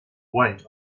weight